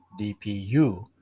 DPU